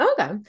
Okay